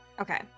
Okay